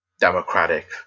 democratic